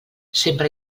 sempre